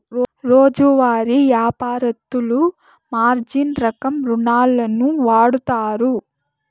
రోజువారీ యాపారత్తులు మార్జిన్ రకం రుణాలును వాడుతారు